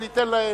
וניתן להם,